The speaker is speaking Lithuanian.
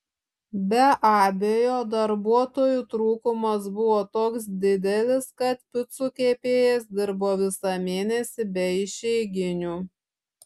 be abejo darbuotojų trūkumas buvo toks didelis kad picų kepėjas dirbo visą mėnesį be išeiginių